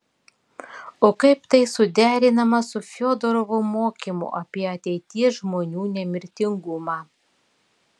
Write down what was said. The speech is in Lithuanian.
o kaip tai suderinama su fiodorovo mokymu apie ateities žmonių nemirtingumą